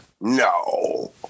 No